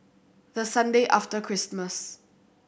the Sunday after Christmas